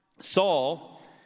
Saul